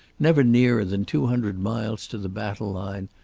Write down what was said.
never nearer than two hundred miles to the battle line,